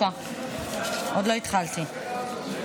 אני רוצה לספר לכם שבשבוע שעבר שלחו לי סרטון של גברת